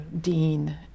dean